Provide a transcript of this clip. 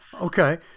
Okay